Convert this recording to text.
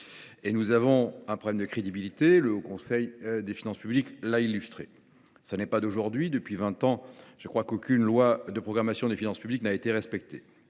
et nous avons un problème de crédibilité, que le Haut Conseil des finances publiques a illustré. Cela ne date pas d’aujourd’hui. Depuis vingt ans, il me semble qu’aucune loi de programmation des finances publiques n’a été respectée.